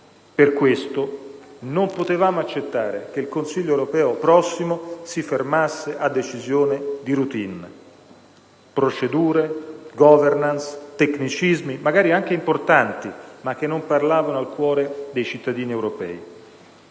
Per questo non potevamo accettare che il Consiglio europeo prossimo si fermasse a decisioni di *routine*, occupandosi soltanto di procedure, di *governance*, di tecnicismi, magari anche importanti, ma che non parlano al cuore dei cittadini europei,